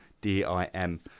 D-I-M